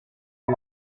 the